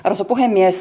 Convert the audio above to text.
arvoisa puhemies